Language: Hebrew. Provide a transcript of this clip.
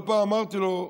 לא פעם אמרתי לו,